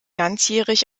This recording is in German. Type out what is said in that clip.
ganzjährig